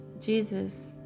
Jesus